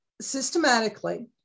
systematically